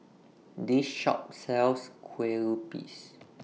This Shop sells Kue Lupis